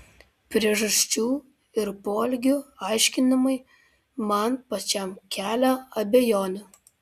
priežasčių ir poelgių aiškinimai man pačiam kelia abejonių